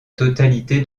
totalité